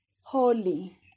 holy